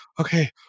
okay